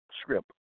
script